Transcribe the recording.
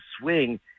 swing